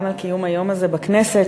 גם על קיום היום הזה בכנסת,